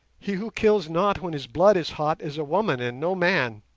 he who kills not when his blood is hot is a woman, and no man.